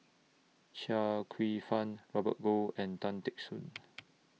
Chia Kwek Fah Robert Goh and Tan Teck Soon